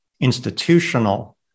institutional